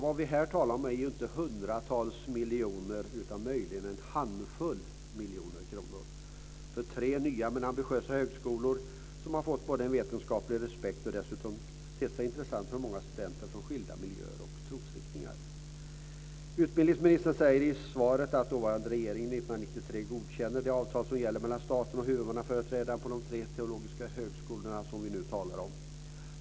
Vad vi här talar om är ju inte hundratals miljoner utan möjligen en handfull miljoner kronor för tre nya men ambitiösa högskolor som har fått vetenskaplig respekt och dessutom tett sig intressanta för många studenter från skilda miljöer och trosriktningar. Utbildningsministern säger i svaret att dåvarande regering 1993 godkände de avtal som nu gäller mellan staten och huvudmannaföreträdarna på de tre teologiska högskolor som vi nu talar om.